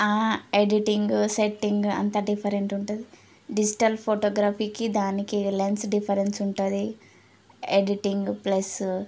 editing setting అంత different ఉంటుంది digital ఫోటోగ్రఫీకి దానికి లెన్స్ డిఫరెన్స్ ఉంటుంది ఎడిటింగ్ ప్లస్